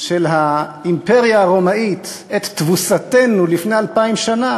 של האימפריה הרומית את תבוסתנו לפני אלפיים שנה